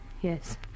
Yes